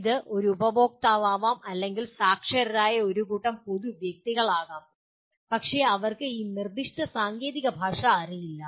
ഇത് ഒരു ഉപഭോക്താവാകാം അല്ലെങ്കിൽ സാക്ഷരരായ ഒരു കൂട്ടം പൊതു വ്യക്തികളാകാം പക്ഷേ അവർക്ക് ഈ നിർദ്ദിഷ്ട സാങ്കേതിക ഭാഷ അറിയില്ല